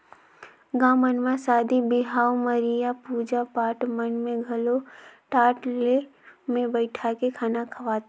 गाँव मन म सादी बिहाव, मरिया, पूजा पाठ मन में घलो टाट मे बइठाके खाना खवाथे